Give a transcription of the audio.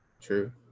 True